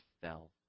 fell